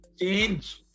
change